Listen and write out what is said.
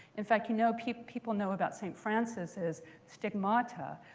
in fact, you know people people know about saint francis's stigmata.